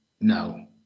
no